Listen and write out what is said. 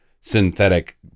synthetic